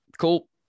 Cool